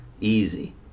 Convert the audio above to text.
Easy